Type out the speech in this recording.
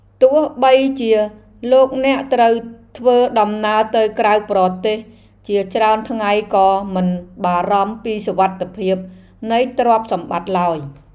ទោះបីជាលោកអ្នកត្រូវធ្វើដំណើរទៅក្រៅប្រទេសជាច្រើនថ្ងៃក៏មិនបារម្ភពីសុវត្ថិភាពនៃទ្រព្យសម្បត្តិឡើយ។